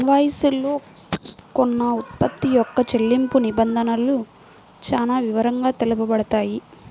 invoice లో కొన్న ఉత్పత్తి యొక్క చెల్లింపు నిబంధనలు చానా వివరంగా తెలుపబడతాయి